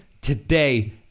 today